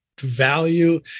Value